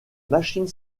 machine